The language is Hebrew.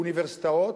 אוניברסיטאות,